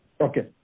Okay